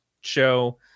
show